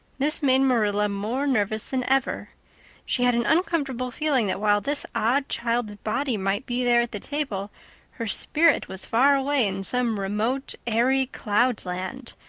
this made marilla more nervous than ever she had an uncomfortable feeling that while this odd child's body might be there at the table her spirit was far away in some remote airy cloudland,